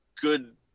good